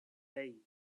hey